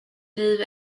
liv